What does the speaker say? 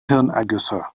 hirnergüsse